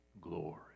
glory